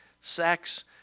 sex